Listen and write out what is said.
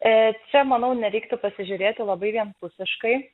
čia manau nereiktų pasižiūrėti labai vienpusiškai